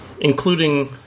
including